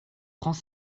prends